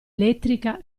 elettrica